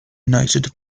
noted